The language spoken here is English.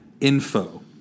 Info